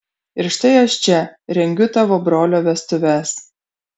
ir štai aš čia rengiu tavo brolio vestuves